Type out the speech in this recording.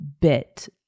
bit